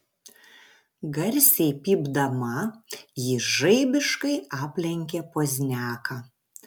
garsiai pypdama ji žaibiškai aplenkė pozniaką